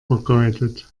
vergeudet